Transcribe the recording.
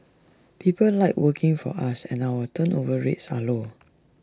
people like working for us and our turnover rates are low